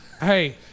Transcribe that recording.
Hey